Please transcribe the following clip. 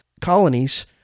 colonies